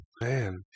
man